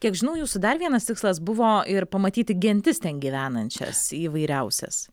kiek žinau jūsų dar vienas tikslas buvo ir pamatyti gentis ten gyvenančias įvairiausias